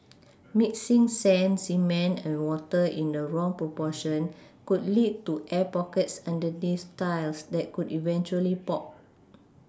mixing sand cement and water in the wrong proportion could lead to air pockets underneath tiles that could eventually pop